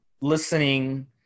listening